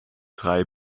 drei